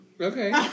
Okay